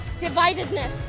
Dividedness